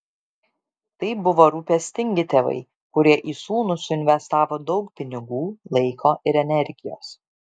tai buvo rūpestingi tėvai kurie į sūnų suinvestavo daug pinigų laiko ir energijos